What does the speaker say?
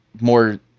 more